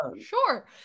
Sure